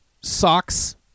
Socks